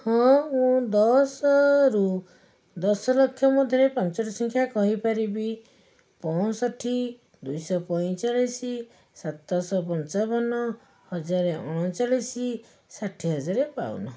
ହଁ ମୁଁ ଦଶରୁ ଦଶ ଲକ୍ଷ ମଧ୍ୟରେ ପାଞ୍ଚଟି ସଂଖ୍ୟା କହିପାରିବି ପଞ୍ଚଷଠି ଦୁଇଶହ ପଇଁଚାଳିଶି ସାତଶ ପଞ୍ଚାବନ ହଜାରେ ଅଣଚାଲିଶ ଷାଠିଏ ହଜାର ବାଉନ